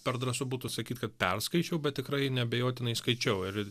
per drąsu būtų sakyt kad perskaičiau bet tikrai neabejotinai skaičiau ir